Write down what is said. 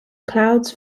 clouds